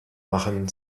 machen